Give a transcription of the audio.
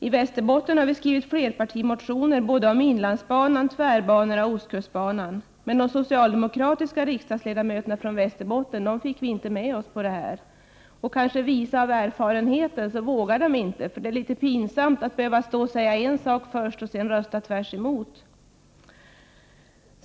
I Västerbotten har vi skrivit flerpartimotioner om inlandsbanan, tvärbanorna och ostkustbanan, men de socialdemokratiska riksdagsledamöterna från Västerbotten fick vi inte med oss på det. Kanske visa av erfarenheten vågade de inte, för det är litet pinsamt att behöva stå och säga en sak först och sedan rösta tvärtemot.